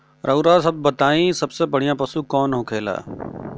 रउआ सभ बताई सबसे बढ़ियां पशु कवन होखेला?